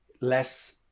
less